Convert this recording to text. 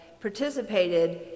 participated